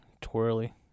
twirly